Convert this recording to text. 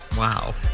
Wow